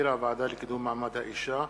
שהחזירה הוועדה לקידום מעמד האשה.